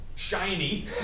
shiny